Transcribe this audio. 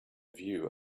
view